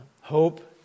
hope